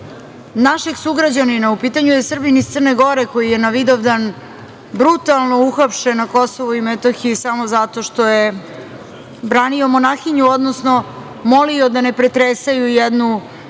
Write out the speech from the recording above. našeg sugrađanina. U pitanju je Srbin iz Crne Gore, koji je na Vidovdan brutalno uhapšen na KiM samo zato što je branio monahinju, odnosno molio da ne pretresaju jednog